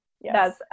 Yes